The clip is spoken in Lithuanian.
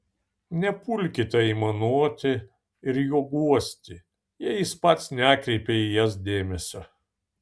nepulkite aimanuoti ir jo guosti jei jis pats nekreipia į jas dėmesio